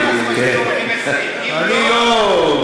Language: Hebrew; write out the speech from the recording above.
אם לא,